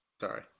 sorry